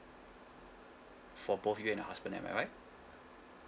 for both of you and your husband am I right